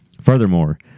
Furthermore